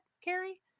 carrie